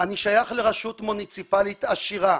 אני שייך לרשות מוניציפלית עשירה.